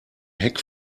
heck